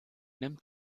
nimmt